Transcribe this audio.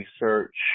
research